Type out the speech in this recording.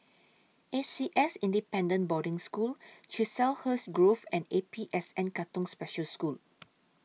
A C S Independent Boarding School Chiselhurst Grove and A P S N Katong Special School